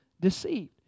deceived